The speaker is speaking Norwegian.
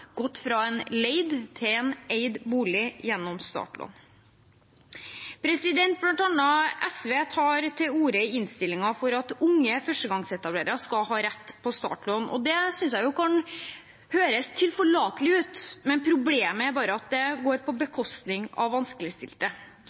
gått fra en leid til en eid bolig gjennom startlån. Blant annet SV tar i innstillingen til orde for at unge førstegangsetablerere skal ha rett til startlån. Det synes jeg kan høres tilforlatelig ut. Problemet er bare at det går på bekostning av vanskeligstilte.